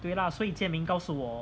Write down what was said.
对 lah 所以 jian ming 告诉我